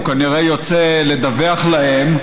הוא כנראה יוצא לדווח להם,